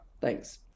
Thanks